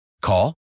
Call